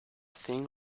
thing